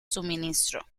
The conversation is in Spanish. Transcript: suministro